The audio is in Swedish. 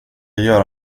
göra